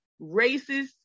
racist